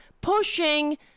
pushing